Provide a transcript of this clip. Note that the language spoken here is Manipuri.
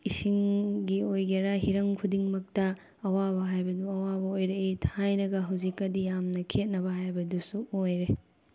ꯏꯁꯤꯡꯒꯤ ꯑꯣꯏꯒꯦꯔꯥ ꯍꯤꯔꯝ ꯈꯨꯗꯤꯡꯃꯛꯇ ꯑꯋꯥꯕ ꯍꯥꯏꯕꯗꯣ ꯑꯋꯥꯕ ꯑꯣꯏꯔꯛꯏ ꯊꯥꯏꯅꯒ ꯍꯧꯖꯤꯛꯀꯗꯤ ꯌꯥꯝꯅ ꯈꯦꯠꯅꯕ ꯍꯥꯏꯕꯗꯨꯁꯨ ꯑꯣꯏꯔꯦ